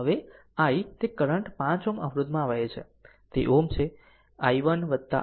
હવે i તે current 5 Ω અવરોધમાં વહે છે જે Ω છે i1i3i5 છે